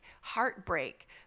heartbreak